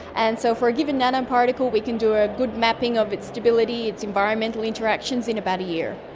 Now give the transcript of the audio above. and so for a given nano-particle we can do a good mapping of its stability, its environmental interactions in about a year.